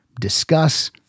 discuss